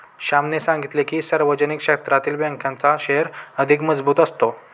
श्यामने सांगितले की, सार्वजनिक क्षेत्रातील बँकांचा शेअर अधिक मजबूत असतो